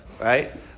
right